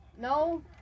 No